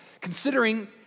considering